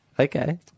Okay